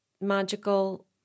magical